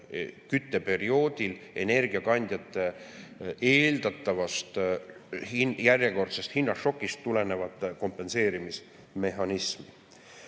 kütteperioodil energiakandjate eeldatavast järjekordsest hinnašokist tulenevat kompenseerimismehhanismi.